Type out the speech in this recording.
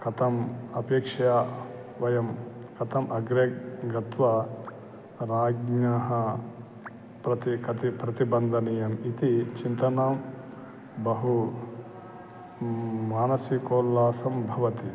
कथम् अपेक्षया वयं कथम् अग्रे गत्वा राज्ञः प्रतीकति प्रतिबन्धनीयम् इति चिन्तनां बहू मानसिकोल्लासं भवति